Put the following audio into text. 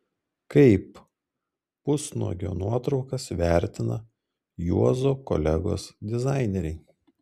kaip pusnuogio nuotraukas vertina juozo kolegos dizaineriai